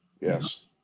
yes